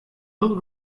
little